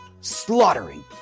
slaughtering